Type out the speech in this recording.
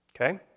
Okay